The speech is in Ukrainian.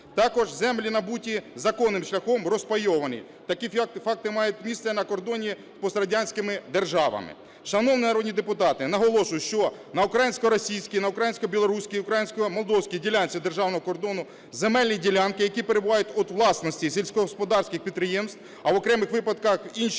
Також землі набуті законним шляхом, розпайовані. Такі факти мають місце на кордоні з пострадянськими державами. Шановні народні депутати, наголошую, що українсько-російській, українсько-білоруській, українсько-молдовській ділянці державного кордону земельні ділянки, які перебувають у власності сільськогосподарських підприємств, а в окремих випадках інші